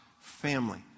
family